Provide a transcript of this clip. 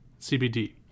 CBD